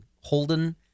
Holden